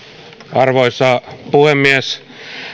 arvoisa puhemies